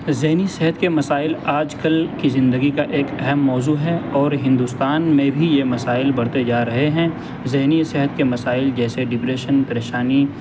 ذہنی صحت کے مسائل آج کل کی زندگی کا ایک اہم موضوع ہے اور ہندوستان میں بھی یہ مسائل بڑھتے جا رہے ہیں ذہنی صحت کے مسائل جیسے ڈپریشن پریشانی